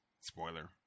Spoiler